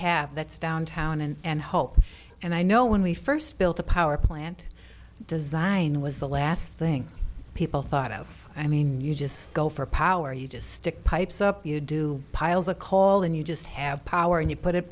have that's downtown and whole and i know when we first built a power plant design was the last thing people thought of i mean you just go for power you just stick pipes up you do piles a call and you just have power and you put it